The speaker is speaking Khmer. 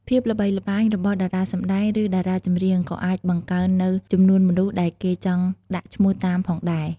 ភាពល្បីល្បាញរបស់តារាសម្ដែង ឬ តារាចម្រៀងក៏អាចបង្កើននូវចំនួនមនុស្សដែលគេចង់់ដាក់ឈ្មោះតាមផងដែរ។